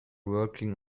working